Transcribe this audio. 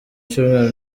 cyumweru